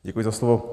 Děkuji za slovo.